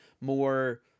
more